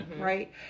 right